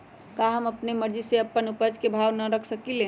का हम अपना मर्जी से अपना उपज के भाव न रख सकींले?